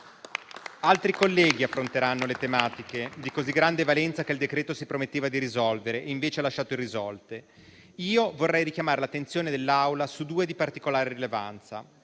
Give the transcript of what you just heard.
Altri colleghi affronteranno le tematiche di così grande valenza che il decreto si riprometteva di risolvere e invece ha lasciato irrisolte. Io vorrei richiamare l'attenzione dell'Assemblea su due di particolare rilevanza.